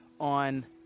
on